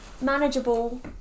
Manageable